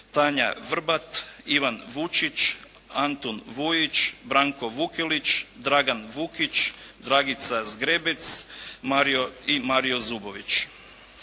Tanja Vrbat, Ivan Vučić, Antun Vujić, Branko Vukelić, Dragan Vukić, Dragica Zgrebec i Mario Zubović.